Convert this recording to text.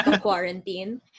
Quarantine